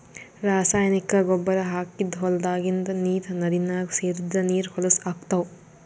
ರಾಸಾಯನಿಕ್ ಗೊಬ್ಬರ್ ಹಾಕಿದ್ದ್ ಹೊಲದಾಗಿಂದ್ ನೀರ್ ನದಿನಾಗ್ ಸೇರದ್ರ್ ನೀರ್ ಹೊಲಸ್ ಆಗ್ತಾವ್